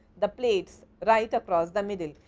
the plates right across the middle.